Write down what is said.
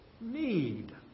need